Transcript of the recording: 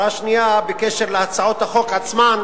הערה שנייה, בקשר להצעות עצמן.